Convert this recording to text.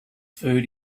food